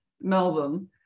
Melbourne